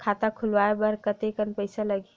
खाता खुलवाय बर कतेकन पईसा लगही?